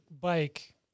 bike